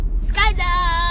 Skydive